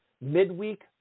midweek